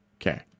Okay